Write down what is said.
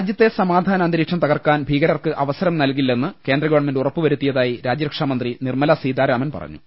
രാജ്യത്തെ സമാധാനാന്തരീക്ഷം തകർക്കാൻ ഭീകരർക്ക് അവസരം നൽകില്ലെന്ന് കേന്ദ്ര ഗവൺമെന്റ് ഉറപ്പ് വരുത്തിയതായി രാജ്യരക്ഷാ മന്ത്രി നിർമല സീതാരാമൻ പറഞ്ഞു